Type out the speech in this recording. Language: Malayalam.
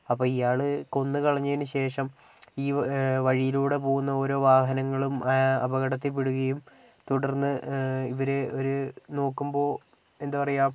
അപ്പോൾ ഇയാൾ കൊന്നു കളഞ്ഞതിനുശേഷം ഈ വഴിയിലൂടെ പോകുന്ന ഒരോ വാഹനങ്ങളും അപകടത്തിൽ പെടുകയും തുടർന്ന് ഇവർ ഒരു നോക്കുമ്പോൾ എന്താ പറയുക